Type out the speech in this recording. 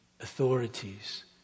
authorities